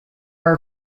are